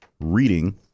reading